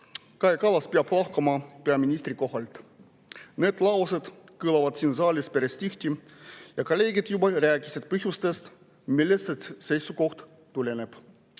Kallas peab lahkuma peaministri kohalt – need laused kõlavad siin saalis päris tihti. Kolleegid juba rääkisid põhjustest, millest see tuleneb.